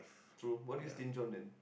true what do you stinge on then